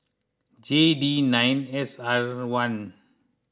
J D nine S R one